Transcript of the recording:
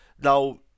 Now